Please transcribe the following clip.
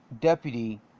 Deputy